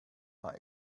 but